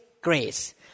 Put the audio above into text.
grace